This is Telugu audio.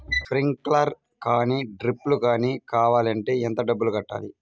స్ప్రింక్లర్ కానీ డ్రిప్లు కాని కావాలి అంటే ఎంత డబ్బులు కట్టాలి?